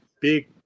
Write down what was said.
big